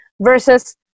versus